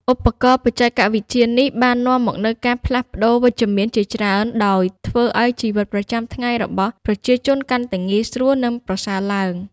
ឧបករណ៍បច្ចេកវិទ្យានេះបាននាំមកនូវការផ្លាស់ប្តូរវិជ្ជមានជាច្រើន ដោយធ្វើឱ្យជីវិតប្រចាំថ្ងៃរបស់ប្រជាជនកាន់តែងាយស្រួល និងប្រសើរឡើង។